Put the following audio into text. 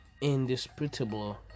indisputable